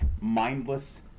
mindless